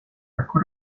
تفکر